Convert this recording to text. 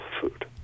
food